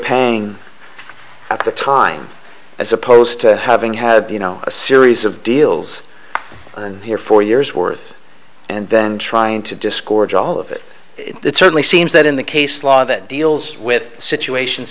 paying at the time as opposed to having had you know a series of deals and here four years worth and then trying to discourage all of it it certainly seems that in the case law that deals with situations